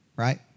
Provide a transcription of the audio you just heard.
right